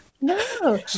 no